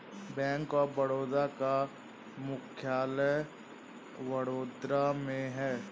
bank of Baroda का मुख्यालय वडोदरा में है